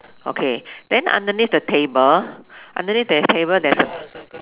okay then underneath the table underneath the table there is a